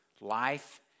life